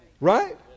Right